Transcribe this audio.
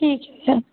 ठीक है